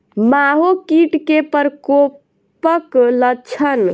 माहो कीट केँ प्रकोपक लक्षण?